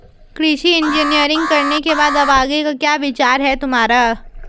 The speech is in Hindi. कृषि इंजीनियरिंग करने के बाद अब आगे का क्या विचार है तुम्हारा?